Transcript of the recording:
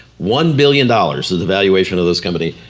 one billion dollars is the valuation of this company.